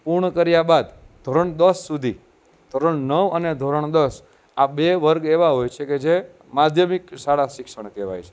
પૂર્ણ કર્યા બાદ ધોરણ દસ સુધી ધોરણ નવ અને ધોરણ દસ આ બે વર્ગ એવા હોય છે કે જે માધ્યમિક શાળા શિક્ષણ કહેવાય છે